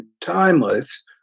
timeless